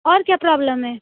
اور کیا پرابلم ہے